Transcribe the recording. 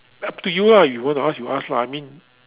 up to you ah you want to ask you ask lah I mean